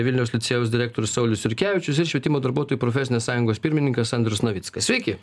vilniaus licėjaus direktorius saulius jurkevičius ir švietimo darbuotojų profesinės sąjungos pirmininkas andrius navickas sveiki